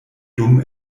dum